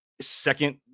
second